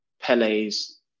Pele's